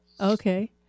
Okay